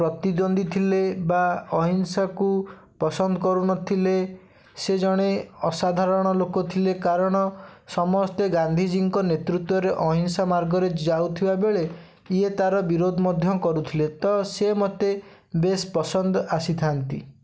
ପ୍ରତିଦ୍ୱନ୍ଦୀ ଥିଲେ ବା ଅହିଂସାକୁ ପସନ୍ଦ କରୁନଥିଲେ ସେ ଜଣେ ଅସାଧାରଣ ଲୋକ ଥିଲେ କାରଣ ସମସ୍ତେ ଗାନ୍ଧିଜୀଙ୍କ ନେତୃତ୍ଵରେ ଅହିଂସା ମାର୍ଗରେ ଯାଉଥିବା ବେଳେ ଇଏ ତା'ର ବିରୋଧ ମଧ୍ୟ କରୁଥିଲେ ତ ସିଏ ମୋତେ ବେଶ୍ ପସନ୍ଦ ଆସିଥାନ୍ତି